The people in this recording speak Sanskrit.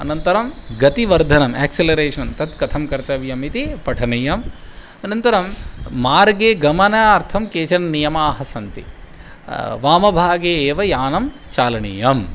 अनन्तरं गतिवर्धनम् एक्सिलरेशन् तत् कथं कर्तव्यमिति पठनीयम् अनन्तरं मार्गे गमनार्थं केचन नियमाः सन्ति वामभागे एव यानं चालनीयम्